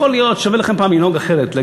יכול להיות ששווה לכם פעם לנהוג אחרת,